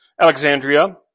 Alexandria